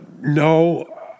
No